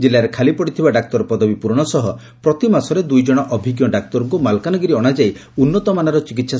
ଜିଲ୍ଲାରେ ଖାଲିପଡ଼ିଥିବା ଡାକ୍ତର ପଦବୀ ପ୍ରରଣ ସହ ପ୍ରତି ମାସରେ ଦୁଇଜଣ ଅଭିଙ୍କ ଡାକ୍ତରଙ୍କୁ ମାଲକାନଗିରି ଅଶାଯାଇ ଉନୁତମାନର ଚିକିସ୍